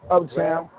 Uptown